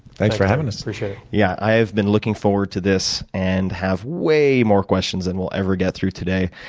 thanks for having us. appreciate it. yeah, i have been looking forward to this and have way more questions than and we'll ever get through today.